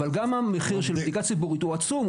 אבל גם המחיר של בדיקה ציבורית הוא עצום,